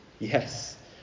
Yes